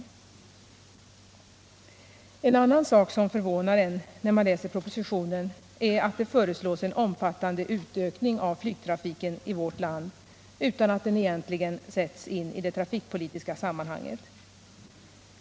Stockholmsregio En annan sak som förvånar en, när man läser propositionen, är att — nen det föreslås en omfattande utökning av flygtrafiken i vårt land utan att den sätts in i det trafikpolitiska sammanhanget.